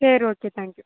சரி okay thank you